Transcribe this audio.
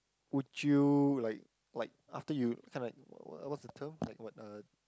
would you like like after you kind of like w~ what's the term like what uh